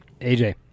AJ